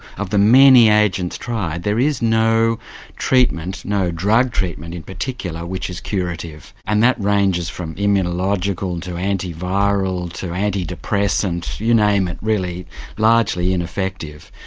of the many agents tried there is no treatment, no drug treatment in particular which is curative and that ranges from immunological to anti-viral, to anti-depressant, you name it really largely ineffective.